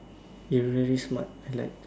you really smart I like